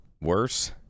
worse